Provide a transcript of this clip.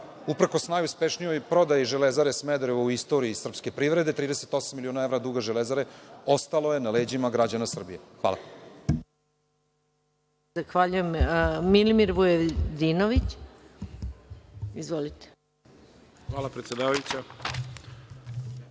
uprkos najuspešnijoj prodaji Železare Smederevo u istoriji srpske privrede, 38 miliona evra duga Železare, ostalo je na leđima građana Srbije. Hvala.